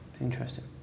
interesting